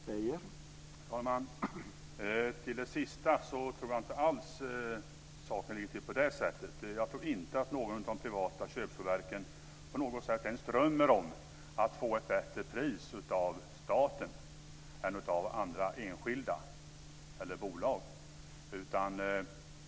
Herr talman! När det gäller det sista vill jag säga att jag inte alls tror att det ligger till på det sättet. Jag tror inte att något av de privata köpsågverken ens drömmer om att få ett bättre pris av staten än av andra enskilda eller bolag.